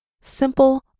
simple